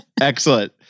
Excellent